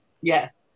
Yes